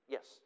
Yes